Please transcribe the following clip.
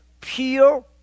pure